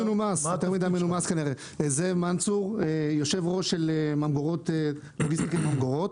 אני זאב מנצור, יושב-ראש חברת לוגיסטיקר ממגורות.